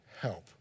Help